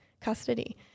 custody